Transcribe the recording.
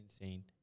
insane